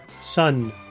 Sun